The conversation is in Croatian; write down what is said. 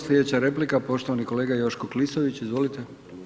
Slijedeća replika, poštovani kolega Joško Klisović, izvolite.